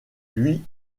lui